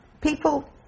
People